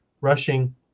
rushing